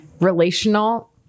relational